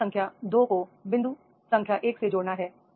बिंदु संख्या 2 को बिंदु संख्या 1 से जोड़ना है